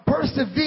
persevere